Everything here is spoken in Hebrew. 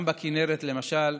גם בכינרת, למשל,